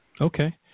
Okay